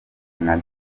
nka